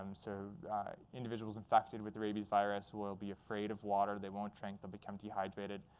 um so individuals infected with the rabies virus will be afraid of water. they won't drink. they'll become dehydrated.